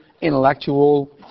intellectual